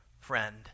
friend